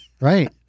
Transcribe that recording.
Right